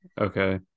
Okay